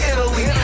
Italy